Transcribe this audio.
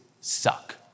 suck